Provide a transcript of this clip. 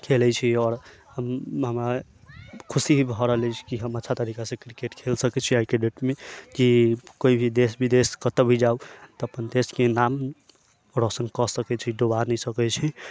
खेलै छी आओर हम हमरा खुशी भऽ रहल अछि की हम अच्छा तरीका सॅं क्रिकेट खेल सकै छी आइके डेटमे की कोइ भी देश विदेश कतौ भी जाउ तऽ अपन देश के नाम रौशन कऽ सकै छी डूबा नहि सकै छी